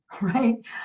right